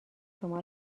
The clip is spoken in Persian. شما